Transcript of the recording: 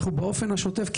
באופן השוטף,